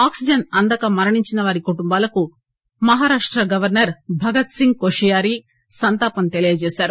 oxygen అందక మరణించినవారి కుటుంబాలకు మహారాష్ట గవర్సర్ భగత్ సింగ్ కొషియారి సంతాపం తెలియజేశారు